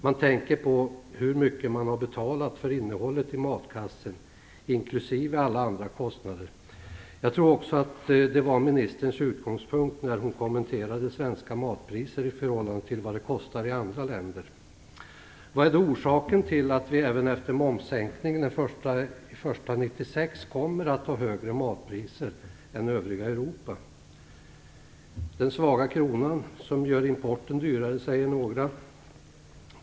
Man tänker på hur mycket man har betalat för innehållet i matkassen inklusive alla andra kostnader. Jag tror också att det var ministerns utgångspunkt när hon kommenterade svenska matpriser i förhållande till vad det kostar i andra länder. Vad är då orsaken till vi även efter momssänkningen den 1 januari 1996 kommer att ha högre matpriser än i övriga Europa? Den svaga kronan, som gör importen dyrare, säger några.